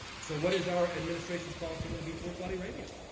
so, what is our administration's policy going to be towards saudi arabia?